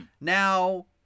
Now